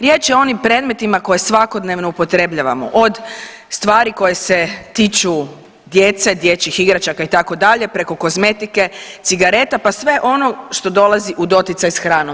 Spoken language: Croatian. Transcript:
Riječ je o onim predmetima koje svakodnevno upotrebljavamo, od stvari koje se tiču djece, dječjih igračaka itd. preko kozmetike, cigareta pa sve ono što dolazi u doticaj s hranom.